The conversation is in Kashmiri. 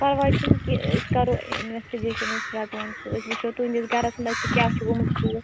پرواے چھُنہٕ کیٚنہہ أسۍ کرو اِنویشٹگیشَن أسۍ رٹہٕ ہون سہُ أسۍ وٕچھو تُہندِس گرَس منٛز تہِ کیاہ چھِ گومُت ژوٗر